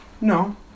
No